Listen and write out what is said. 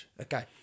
Okay